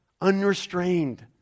Unrestrained